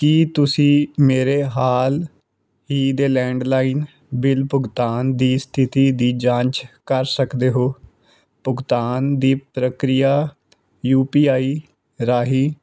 ਕੀ ਤੁਸੀਂ ਮੇਰੇ ਹਾਲ ਹੀ ਦੇ ਲੈਂਡਲਾਈਨ ਬਿੱਲ ਭੁਗਤਾਨ ਦੀ ਸਥਿਤੀ ਦੀ ਜਾਂਚ ਕਰ ਸਕਦੇ ਹੋ ਭੁਗਤਾਨ ਦੀ ਪ੍ਰਕਿਰਿਆ ਯੂ ਪੀ ਆਈ ਰਾਹੀਂ